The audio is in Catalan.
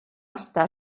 estar